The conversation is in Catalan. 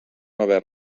haver